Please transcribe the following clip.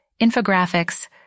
infographics